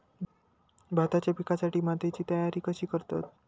भाताच्या पिकासाठी मातीची तयारी कशी करतत?